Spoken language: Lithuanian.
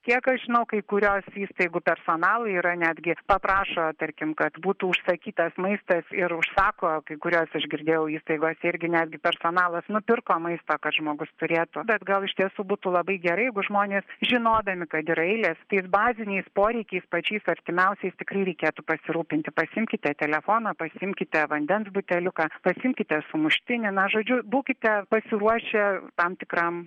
kiek aš žinau kai kurios įstaigų personalai yra netgi paprašo tarkim kad būtų užsakytas maistas ir užsako kai kurias aš girdėjau įstaigos irgi netgi personalas nupirko maisto kad žmogus turėtų bet gal iš tiesų būtų labai gerai jeigu žmonės žinodami kad yra eilės tais baziniais poreikiais pačiais artimiausiais tikrai reikėtų pasirūpinti pasiimkite telefoną pasiimkite vandens buteliuką pasiimkite sumuštinį na žodžiu būkite pasiruošę tam tikram